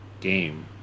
game